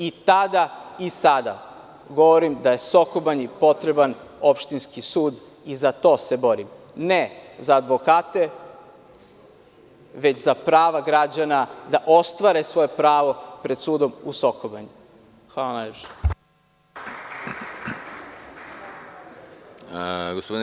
I tada i sada govorim da je Soko Banji potreban opštinski sud i za to se borim, ne za advokate, već za prava građana da ostvare svoje pravo pred sudom u Soko Banji.